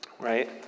right